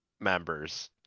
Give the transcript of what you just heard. members